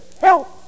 help